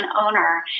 owner